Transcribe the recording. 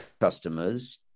customers